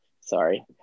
Sorry